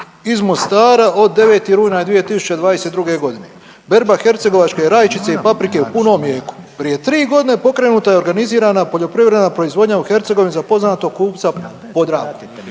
iz Mostara od 9. rujna 2022. godine, berba hercegovačke rajčice i paprike u punom jeku. Prije 3 godine pokrenuta je organizirana poljoprivredna proizvodnja u Hercegovini za poznatog kupca Podravku.